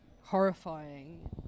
horrifying